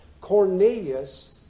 Cornelius